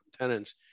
tenants